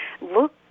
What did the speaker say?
Look